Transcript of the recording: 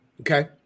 Okay